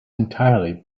entirely